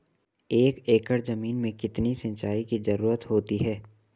एक एकड़ ज़मीन में कितनी सिंचाई की ज़रुरत होती है?